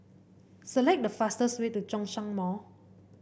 select the fastest way to Zhongshan Mall